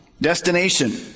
destination